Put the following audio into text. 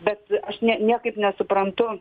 bet aš ne niekaip nesuprantu